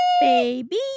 baby